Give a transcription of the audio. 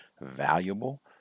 valuable